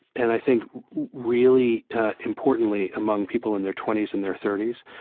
and i think really importantly among people in their twenty s and their thirty s,